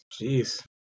Jeez